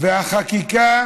והחקיקה